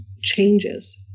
changes